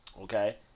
Okay